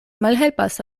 malhelpas